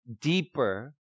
deeper